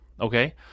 okay